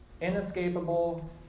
inescapable